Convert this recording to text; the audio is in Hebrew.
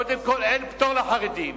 קודם כול, אין פטור לחרדים,